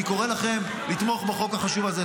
אני קורא לכם לתמוך בחוק החשוב הזה.